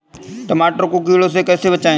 टमाटर को कीड़ों से कैसे बचाएँ?